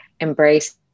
embrace